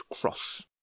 cross